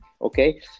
Okay